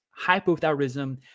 hypothyroidism